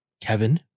Kevin